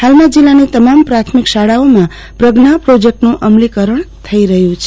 હાલમાં જિલ્લાની તમામ પ્રાથમિક શાળાઓમાં પ્રજ્ઞા પ્રોજેકટનું અમલીકરણ થઈ રહ્યું છે